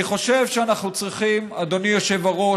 אדוני היושב-ראש,